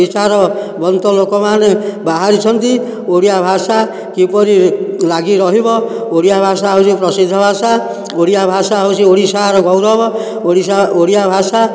ବିଚାରବନ୍ତ ଲୋକମାନେ ବାହାରିଛନ୍ତି ଓଡ଼ିଆ ଭାଷା କିପରି ଲାଗି ରହିବ ଓଡ଼ିଆ ଭାଷା ହେଉଛି ପ୍ରସିଦ୍ଧ ଭାଷା ଓଡ଼ିଆ ଭାଷା ହେଉଛି ଓଡ଼ିଶାର ଗୌରବ ଓଡ଼ିଆ ଭାଷା